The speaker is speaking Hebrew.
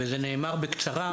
וזה נאמר בקצרה,